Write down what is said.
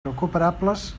recuperables